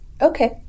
Okay